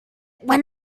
when